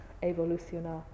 evolucionar